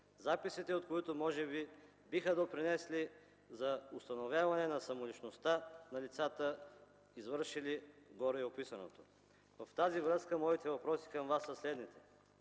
записите от които може би биха допринесли за установяване на самоличността на лицата, извършили гореописаното. В тази връзка моите въпроси към Вас са следните: